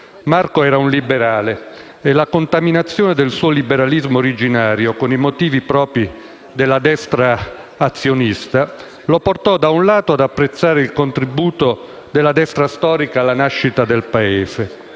Marco era un liberale, e la contaminazione del suo liberalismo originario con motivi propri della destra azionista lo portò da un lato ad apprezzare il contributo dato dalla destra storica alla nascita del Paese